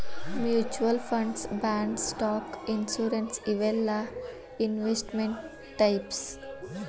mutual funds bonds stock insurance ಇವೆಲ್ಲಾ investment types